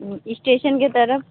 station के तरफ